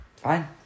Fine